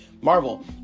Marvel